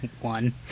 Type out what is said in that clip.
One